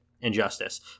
Injustice